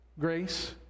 grace